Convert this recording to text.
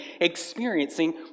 experiencing